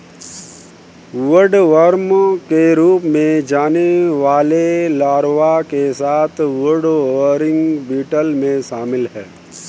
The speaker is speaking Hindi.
वुडवर्म के रूप में जाने वाले लार्वा के साथ वुडबोरिंग बीटल में शामिल हैं